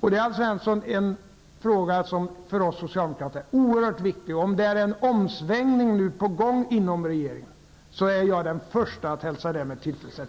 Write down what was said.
Denna fråga är oerhört viktig för oss socialdemokrater. Om det är en omsvängning på gång inom regeringen, är jag den första att hälsa detta med tillfredsställelse.